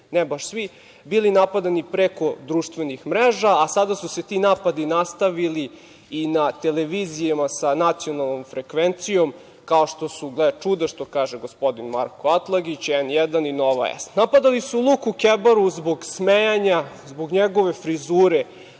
ne baš svi, bili napadani preko društvenih mreža a sada su se ti napadi nastavili i na televizijama sa nacionalnom frekvencijom, kao što su, gle čuda, što kaže gospodin Marko Atlagić, N1 i Nova S.Napadali su Luku Kebaru zbog smejanja, zbog njegove frizure,